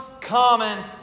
common